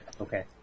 Okay